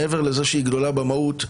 מעבר לזה שהיא גדולה במהות,